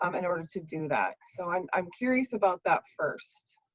um in order to do that? so, i'm i'm curious about that first.